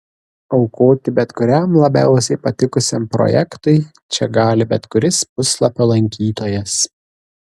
aukoti bet kuriam labiausiai patikusiam projektui čia gali bet kuris puslapio lankytojas